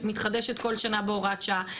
שמתחדשת כל שנה בהוראת שעה,